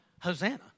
Hosanna